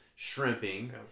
Shrimping